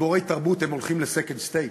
גיבורי תרבות הולכים ל-second stage.